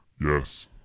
Yes